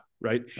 right